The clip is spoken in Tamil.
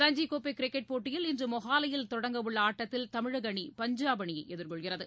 ரஞ்சிக் கோப்பை கிரிக்கெட் போட்டியில் இன்று மொஹாலியில் தொடங்கவுள்ள ஆட்டத்தில் தமிழக அணி பஞ்சாப் அணியை எதிர்கொள்கிறது